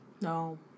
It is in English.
No